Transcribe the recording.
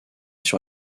sur